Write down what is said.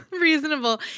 Reasonable